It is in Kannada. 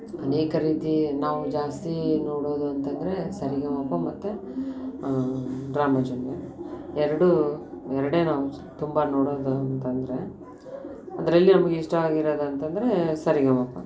ಅನೇಕ ರೀತಿ ನಾವು ಜಾಸ್ತಿ ನೋಡೋದು ಅಂತಂದರೆ ಸರಿಗಮಪ ಮತ್ತು ಡ್ರಾಮ ಜೂನಿಯರ್ ಎರಡೂ ಎರಡೇ ನಾವು ತುಂಬ ನೋಡೋದು ಅಂತಂದರೆ ಅದ್ರಲ್ಲಿ ನಮ್ಗೆ ಇಷ್ಟ ಆಗಿರೋದಂತಂದ್ರೆ ಸರಿಗಮಪ